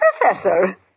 Professor